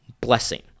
blessing